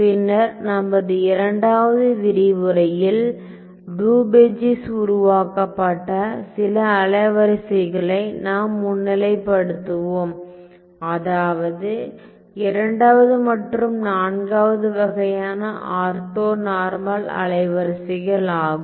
பின்னர் நமது இரண்டாவது விரிவுரையில் டுபெச்சீஸ் உருவாக்கப்பட்ட சில அலைவரிசைகளை நாம் முன்னிலைப்படுத்துவோம் அதாவது இரண்டாவது மற்றும் நான்காவது வகையான ஆர்த்தோனார்மல் அலைவரிசைகள் ஆகும்